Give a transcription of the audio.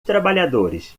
trabalhadores